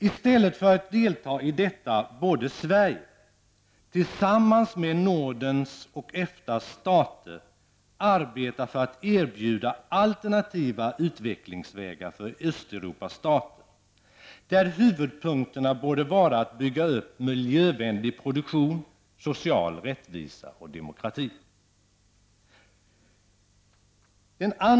I stället för att delta i detta borde Sverige, tillsammans med Nordens och EFTAs stater, arbeta för att erbjuda alternativa utvecklingsvägar för Östeuropas stater, där huvudpunkterna borde vara att bygga upp miljövänlig produktion, social rättvisa och demokrati. 2.